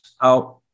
out